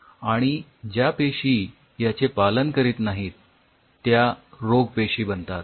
आणि ज्या पेशी याचे पालन करत नाहीत त्या रोग पेशी बनतात